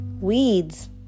Weeds